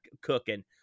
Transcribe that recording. cooking